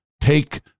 take